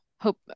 hope